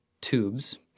tubes